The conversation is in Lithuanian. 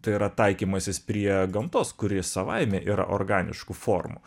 tai yra taikymasis prie gamtos kuri savaime yra organiškų formų